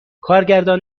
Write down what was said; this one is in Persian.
کارگردان